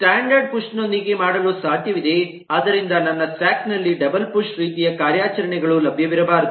standard push ನೊಂದಿಗೆ ಮಾಡಲು ಸಾಧ್ಯವಿದೆ ಆದ್ದರಿಂದ ನನ್ನ ಸ್ಟ್ಯಾಕ್ ನಲ್ಲಿ ಡಬಲ್ ಪುಶ್ ರೀತಿಯ ಕಾರ್ಯಾಚರಣೆಗಳು ಲಭ್ಯವಿರಬಾರದು